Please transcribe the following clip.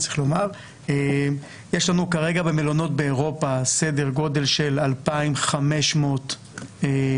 יש לנו כרגע במלונות באירופה סדר גודל של 2,500 שוהים.